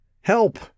Help